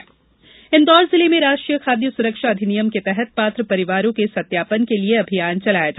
परिवार सत्यापन इंदौर जिले में राष्ट्रीय खाद्य सुरक्षा अधिनियम के तहत पात्र परिवारों के सत्यापन के लिए अभियान चलाया जा रहा है